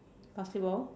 basketball